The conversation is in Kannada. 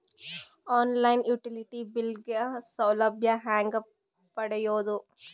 ಆನ್ ಲೈನ್ ಯುಟಿಲಿಟಿ ಬಿಲ್ ಗ ಸೌಲಭ್ಯ ಹೇಂಗ ಪಡೆಯೋದು?